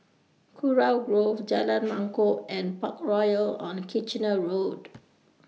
Kurau Grove Jalan Mangkok and Parkroyal on Kitchener Road